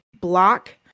block